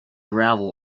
gravel